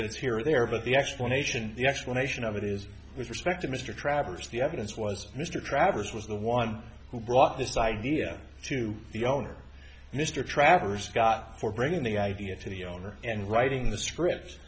it's here or there but the explanation the explanation of it is with respect to mr traverse the evidence was mr travers was the one who brought this idea to the owner mr travers got for bringing the idea to the owner and writing the script